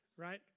right